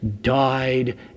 died